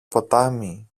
ποτάμι